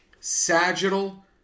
sagittal